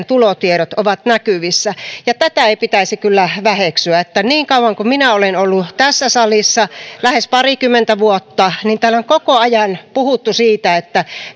tulotiedot ovat näkyvissä ja tätä ei pitäisi kyllä väheksyä niin kauan kuin minä olen ollut tässä salissa lähes parikymmentä vuotta täällä on koko ajan puhuttu siitä